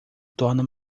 torna